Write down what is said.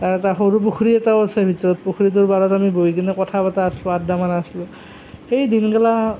তাৰ এটা সৰু পুখুৰী এটাও আছে ভিতৰত পুখুৰীটোৰ পাৰত বহি কেনে আমি কথা পতা আছিলোঁ আদ্দা মৰা আছিলোঁ সেই দিনবিলাক